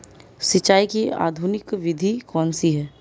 सिंचाई की आधुनिक विधि कौनसी हैं?